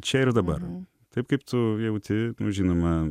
čia ir dabar taip kaip tu jauti žinoma